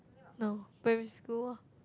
no primary school